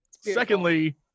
Secondly